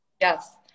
yes